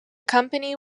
company